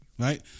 Right